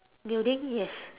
building yes